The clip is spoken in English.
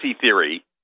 theory